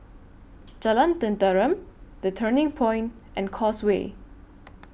Jalan Tenteram The Turning Point and Causeway